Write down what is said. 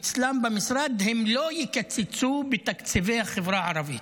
אצלם במשרד הם לא יקצצו בתקציבי החברה הערבית.